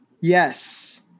Yes